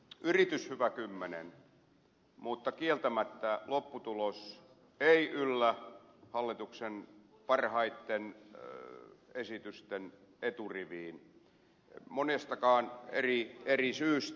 yritys hyvä kymmenen mutta kieltämättä lopputulos ei yllä hallituksen parhaitten esitysten eturiviin monestakaan eri syystä